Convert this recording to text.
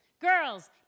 Girls